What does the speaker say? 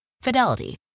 Fidelity